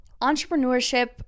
entrepreneurship